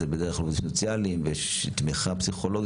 במכסה ובכסף שהן מקבלות דרך עובדים סוציאליים ותמיכה פסיכולוגית.